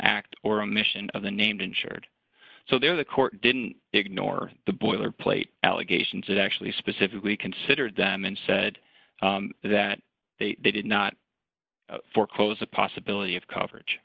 act or omission of the named insured so there the court didn't ignore the boilerplate allegations it actually specifically considered them and said that they did not foreclose the possibility of coverage